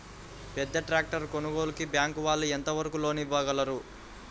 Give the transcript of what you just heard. పెద్ద ట్రాక్టర్ కొనుగోలుకి బ్యాంకు వాళ్ళు ఎంత వరకు లోన్ ఇవ్వగలరు?